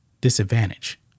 disadvantage